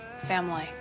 family